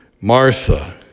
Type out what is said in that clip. Martha